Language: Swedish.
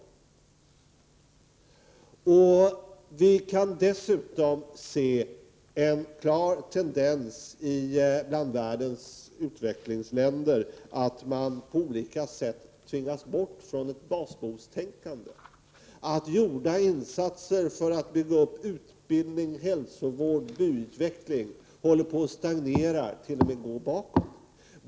Vi kan dessutom se en klar tendens bland världens utvecklingsländer till att de på olika sätt tvingas bort från ett basbehovstänkande, att gjorda insatser för att bygga upp utbildning, hälsovård och byutveckling håller på att stagnera och t.o.m. gå bakåt.